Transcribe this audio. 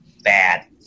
bad